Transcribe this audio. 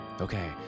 Okay